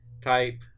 type